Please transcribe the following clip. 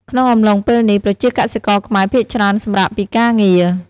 ក្នុងអំឡុងពេលនេះ ប្រជាកសិករខ្មែរភាគច្រើនសម្រាកពីការងារ។